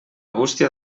bústia